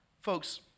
Folks